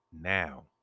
now